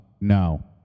no